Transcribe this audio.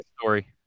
story